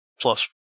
plus